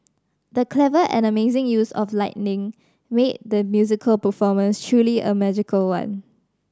the clever and amazing use of lighting made the musical performance truly a magical one